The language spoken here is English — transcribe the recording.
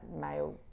male